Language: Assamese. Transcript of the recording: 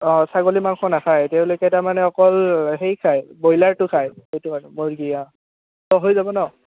অঁ ছাগলী মাংস নাখায় তেওঁলোকে তাৰমানে অকল সেই খায় ব্ৰইলাৰটো খায় সেইটো মূৰ্গী অঁ হৈ যাব ন